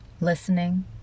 Listening